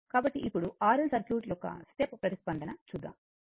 కాబట్టి ఇప్పుడు R L circuit యొక్క స్టెప్ ప్రతిస్పందన చూద్దాము